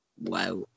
Wow